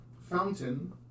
fountain